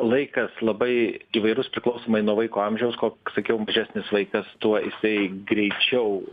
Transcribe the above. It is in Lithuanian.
laikas labai įvairūs priklausomai nuo vaiko amžiaus koks sakiau mažesnis vaikas tuo jisai greičiau